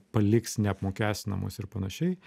paliks neapmokestinamus ir panašiai